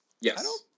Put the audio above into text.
Yes